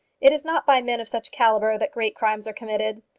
it is not by men of such calibre that great crimes are committed.